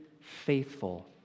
faithful